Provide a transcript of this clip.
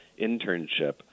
internship